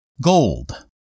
Gold